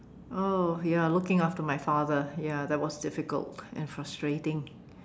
oh ya looking after my father ya that was difficult and frustrating